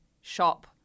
shop